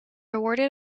awarded